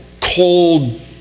cold